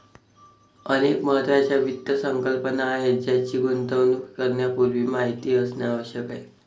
अनेक महत्त्वाच्या वित्त संकल्पना आहेत ज्यांची गुंतवणूक करण्यापूर्वी माहिती असणे आवश्यक आहे